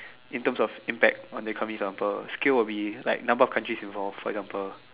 in terms of impact on the economy for example scale will be like number of countries involve for example